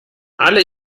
alle